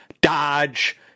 Dodge